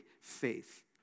faith